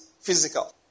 physical